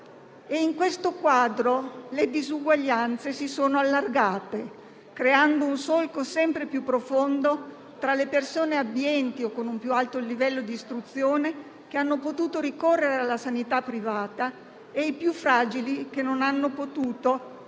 In questo quadro, le disuguaglianze si sono allargate, creando un solco sempre più profondo tra le persone abbienti o con un più alto livello di istruzione, che hanno potuto ricorrere alla sanità privata, e i più fragili, che non hanno potuto